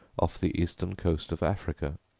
off the eastern coast of africa.